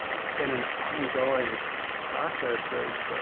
it's been an ongoing process of,